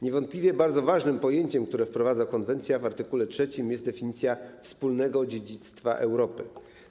Niewątpliwie bardzo ważnym pojęciem, które wprowadza konwencja w art. 3, jest definicja wspólnego dziedzictwa Europy.